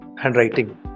handwriting